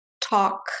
talk